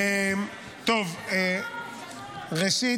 ראשית,